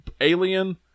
alien